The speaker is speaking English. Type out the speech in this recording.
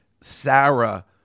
Sarah